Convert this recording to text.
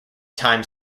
time